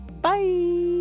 Bye